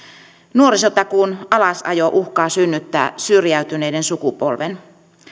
nuorisotakuun alasajo uhkaa synnyttää syrjäytyneiden sukupolven